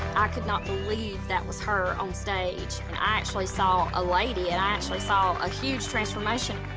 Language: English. i could not believe that was her onstage. and i actually saw a lady, and i actually saw a huge transformation.